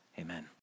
Amen